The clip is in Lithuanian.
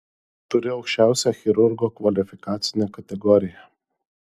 turi aukščiausią chirurgo kvalifikacinę kategoriją